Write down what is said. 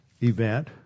event